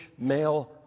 male